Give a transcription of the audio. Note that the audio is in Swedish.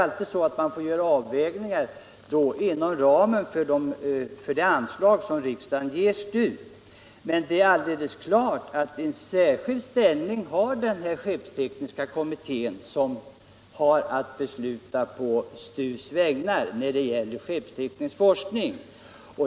Självfallet måste STU alltid göra avvägningar inom ramen för det anslag som riksdagen ger. En särskild ställning har givetvis den skeppstekniska kommittén, som har att besluta på STU:s vägnar när det gäller skeppsteknisk forskning.